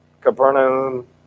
Capernaum